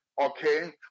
okay